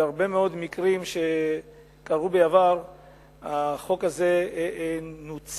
ובהרבה מאוד מקרים שקרו בעבר החוק הזה נוצל,